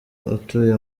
utuye